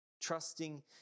trusting